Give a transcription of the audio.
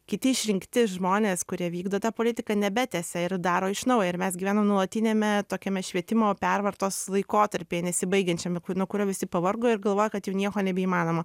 kiti išrinkti žmonės kurie vykdo tą politiką nebetęsia ir daro iš naujo ir mes gyvenam nuolatiniame tokiame švietimo pervartos laikotarpyje nesibaigiančiame nuo kurio visi pavargo ir galvoja kad jau nieko nebeįmanoma